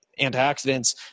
antioxidants